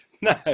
No